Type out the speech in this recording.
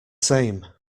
same